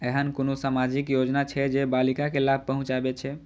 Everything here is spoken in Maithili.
ऐहन कुनु सामाजिक योजना छे जे बालिका के लाभ पहुँचाबे छे?